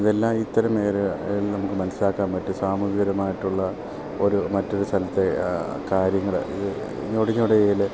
ഇതെല്ലാം ഇത്തരം മേഖലകളിൽ നമുക്ക് മനസ്സിലാക്കാൻ പറ്റും സാമൂഹികരമായിട്ടുള്ള ഒരു മറ്റൊരു സ്ഥലത്തെ കാര്യങ്ങൾ ഇത് ഞൊടിഞൊടിയിടയിൽ